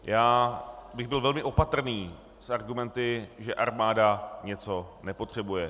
Já bych byl velmi opatrný s argumenty, že armáda něco nepotřebuje.